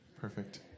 perfect